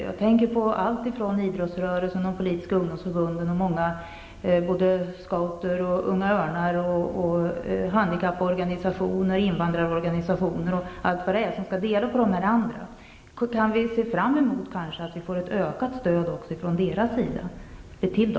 Jag tänker på allt ifrån idrottsrörelser, politiska ungdomsförbund, scouter, Unga Örnar, handikapporganisationer till invandrarorganisationer. Kan vi se fram emot att dessa också kan få ett ökat stöd?